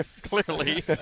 Clearly